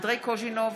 אנדרי קוז'ינוב,